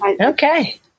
Okay